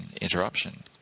interruption